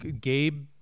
Gabe